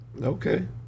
Okay